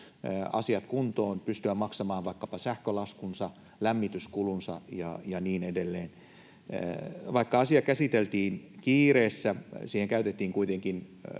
asiat kuntoon, pystyä maksamaan vaikkapa sähkölaskunsa, lämmityskulunsa ja niin edelleen. Vaikka asia käsiteltiin kiireessä, siihen käytettiin kuitenkin